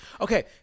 okay